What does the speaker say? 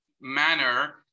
Manner